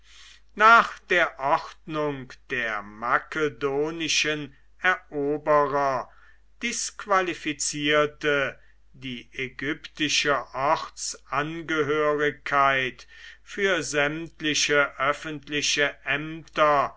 nach der ordnung der makedonischen eroberer disqualifizierte die ägyptische ortsangehörigkeit für sämtliche öffentliche ämter